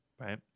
right